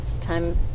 time